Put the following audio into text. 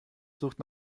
sucht